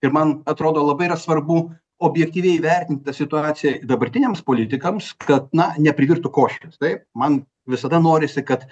ir man atrodo labai yra svarbu objektyviai įvertint tą situaciją dabartiniams politikams kad na neprivirtų košės taip man visada norisi kad